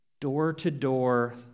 door-to-door